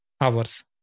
hours